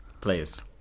Please